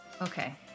Okay